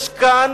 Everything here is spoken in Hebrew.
יש כאן